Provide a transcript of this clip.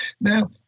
Now